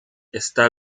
esta